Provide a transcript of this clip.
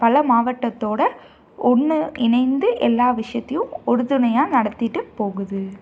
பல மாவட்டத்தோடு ஒன்று இணைந்து எல்லா விஷயத்தையும் உறுதுணையாக நடத்திகிட்டு போகுது